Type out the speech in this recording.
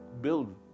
build